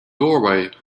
doorway